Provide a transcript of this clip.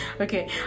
okay